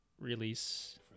release